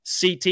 CT